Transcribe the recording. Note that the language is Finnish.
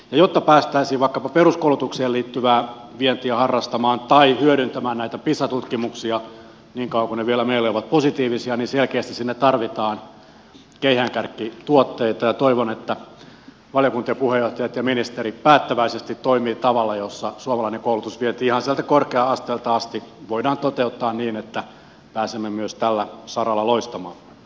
jotta päästäisiin vaikkapa peruskoulutukseen liittyvää vientiä harrastamaan tai näitä pisa tutkimuksia hyödyntämään niin kauan kuin ne vielä meille ovat positiivisia niin selkeästi sinne tarvitaan keihäänkärkituotteita ja toivon että valiokuntien puheenjohtajat ja ministerit päättäväisesti toimivat tavalla jossa suomalainen koulutusvienti ihan sieltä korkea asteelta asti voidaan toteuttaa niin että pääsemme myös tällä saralla loistamaan